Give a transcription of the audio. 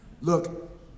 Look